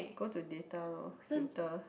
go to data lor filter